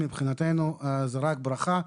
מבחינתנו זאת רק ברכה.